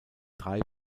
drei